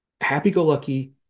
happy-go-lucky